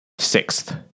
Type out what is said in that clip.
sixth